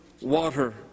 water